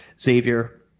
Xavier